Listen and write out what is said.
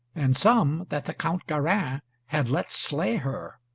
and some that the count garin had let slay her.